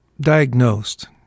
diagnosed